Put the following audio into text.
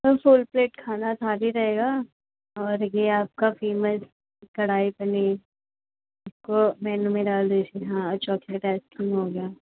ma'am full plate plate खाना थाली रहेगा और ये आपका फेमस कढ़ाई पनीर इसको मेनु में डाल दीजिए हाँ चॉकलेट आइसक्रीम हो गया